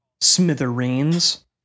Smithereens